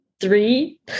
three